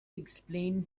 explain